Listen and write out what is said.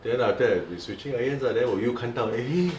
then after that I've been switching irons ah then 我又看到 already